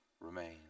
remain